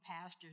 pastors